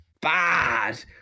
bad